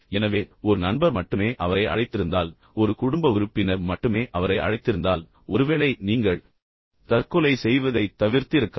எனவே ஒரு நண்பர் மட்டுமே அவரை அழைத்திருந்தால் ஒரு குடும்ப உறுப்பினர் மட்டுமே அவரை அழைத்திருந்தால் ஒருவேளை நீங்கள் தற்கொலை செய்வதைத் தவிர்த்திருக்கலாம்